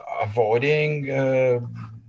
avoiding